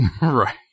Right